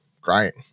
great